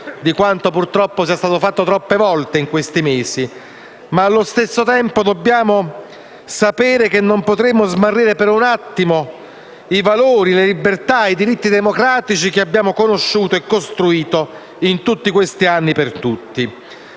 di quanto, purtroppo, è stato fatto troppe volte negli ultimi mesi. Allo stesso tempo, però, dobbiamo sapere che non potremo smarrire per un attimo i valori, le libertà e i diritti democratici che abbiamo conosciuto e costruito in tutti questi anni per tutti.